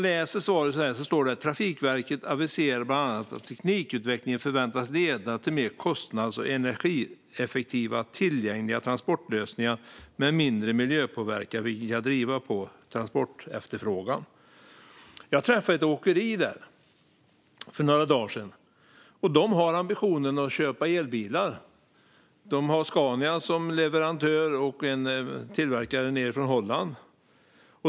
I svaret sägs: "Trafikverket aviserar bland annat att teknikutvecklingen förväntas leda till mer kostnads och energieffektiva tillgängliga transportlösningar med mindre miljöpåverkan, vilket kan driva på transportefterfrågan." Jag var på ett åkeri för några dagar sedan som har ambitionen att köpa elbilar. De har Scania som leverantör och en tillverkare i Holland.